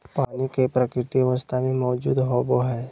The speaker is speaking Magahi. पानी कई प्राकृतिक अवस्था में मौजूद होबो हइ